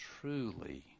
Truly